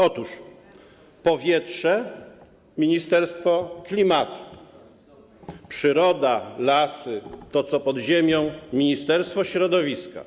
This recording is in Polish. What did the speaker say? Otóż: powietrze - Ministerstwo Klimatu, przyroda, lasy, to, co pod ziemią - Ministerstwo Środowiska,